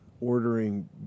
ordering